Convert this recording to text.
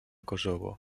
kosovo